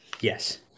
yes